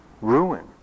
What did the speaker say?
ruin